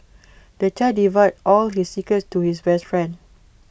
the child divulged all his secrets to his best friend